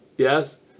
Yes